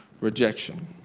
rejection